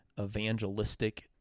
evangelistic